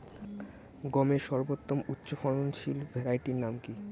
গমের সর্বোত্তম উচ্চফলনশীল ভ্যারাইটি নাম কি?